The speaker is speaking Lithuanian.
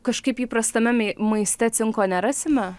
kažkaip įprastame mie maiste cinko nerasime